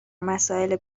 مسائل